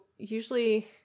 Usually